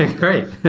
and great.